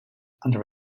under